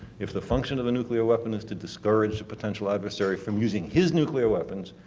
if the function of the nuclear weapon is to discourage a potential adversary from using his nuclear weapons,